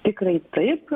tikrai taip